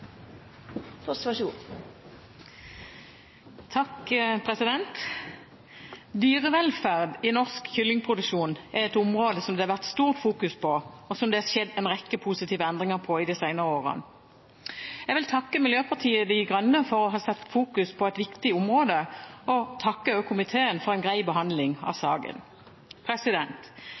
på inntil 3 minutter. – Det anses vedtatt. Dyrevelferd i norsk kyllingproduksjon er et område som det har vært stort fokus på, og som det har skjedd en rekke positive endringer på de senere årene. Jeg vil takke Miljøpartiet De Grønne for å ha satt et viktig område i fokus, og jeg takker også komiteen for en grei behandling av